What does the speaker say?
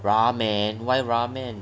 ramen why ramen